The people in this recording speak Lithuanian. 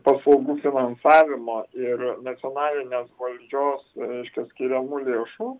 paslaugų finansavimo ir nacionalinės valdžios reiškia skiriamų lėšų